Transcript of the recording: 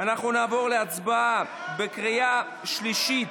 אנחנו נעבור להצבעה בקריאה שלישית